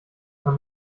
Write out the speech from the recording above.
man